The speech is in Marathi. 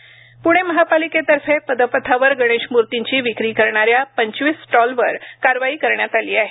प्णे महापालिकेतर्फे पदपथावर गणेश म्रर्तींची विक्री करणाऱ्या पंचवीस स्टॉलवर कारवाई करण्यात आली आहे